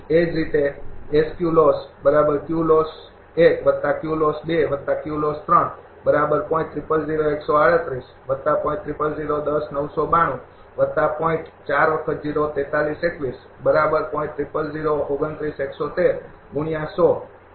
એ જ રીતે માટે